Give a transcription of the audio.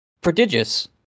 prodigious